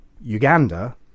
Uganda